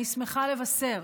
אני שמחה לבשר